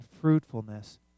fruitfulness